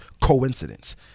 coincidence